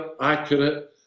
accurate